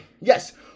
Yes